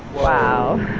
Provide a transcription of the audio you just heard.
wow.